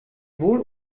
wohl